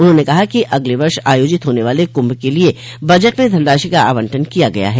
उन्होंने कहा कि अगले वर्ष आयोजित होने वाले कुंभ के लिए बजट में धनराशि का आवंटन किया गया है